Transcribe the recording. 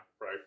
right